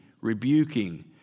rebuking